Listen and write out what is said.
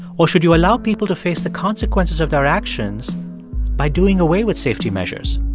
or should you allow people to face the consequences of their actions by doing away with safety measures?